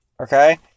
Okay